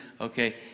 okay